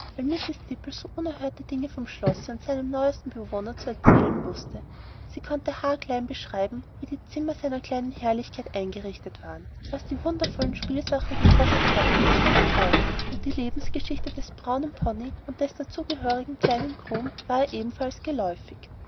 so unerhörte dinge vom schlosse und seinem neuesten bewohner zu erzählen wußte sie konnte haarklein beschreiben wie die zimmer seiner kleinen herrlichkeit eingerichtet waren was die wundervollen spielsachen gekostet hatten wußte sie auch und die lebensgeschichte des braunen pony und des dazu gehörigen kleinen groom war ihr ebenfalls geläufig